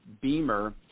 Beamer